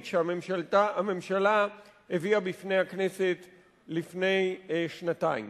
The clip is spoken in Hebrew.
שהממשלה הביאה בפני הכנסת לפני שנתיים.